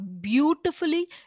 beautifully